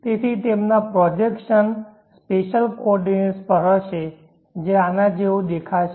તેથી તેમના projection spatial coordinates પર હશે જે આના જેવો દેખાશે